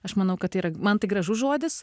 aš manau kad tai yra man tai gražus žodis